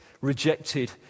rejected